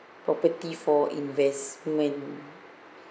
property for investment